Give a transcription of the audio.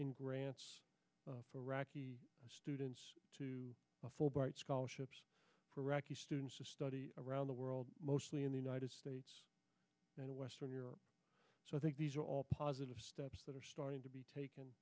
in grants for iraqi students to a fulbright scholarship for iraqi students to study around the world mostly in the united states and western europe so i think these are all positive steps that are starting to be